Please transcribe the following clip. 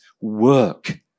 work